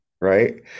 Right